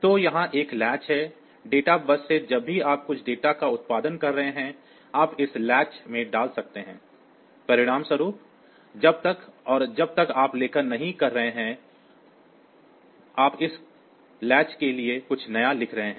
तो यहाँ एक लैच है डेटा बस से जब भी आप कुछ डेटा का उत्पादन कर रहे हैं आप इस लैच में डाल सकते हैं परिणामस्वरूप जब तक और जब तक आप लेखन नहीं कर रहे हैं आप इस लैच के लिए कुछ नया लिख रहे हैं